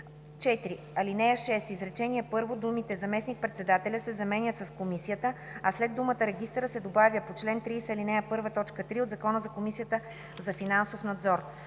4. В ал. 6, изречение първо думите „заместник-председателя“ се заменят с „комисията“, а след думата „регистъра“ се добавя „по чл. 30, ал. 1, т. 3 от Закона за Комисията за финансов надзор“.